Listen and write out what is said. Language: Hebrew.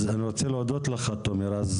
אז, אני רוצה להודות לך תומר.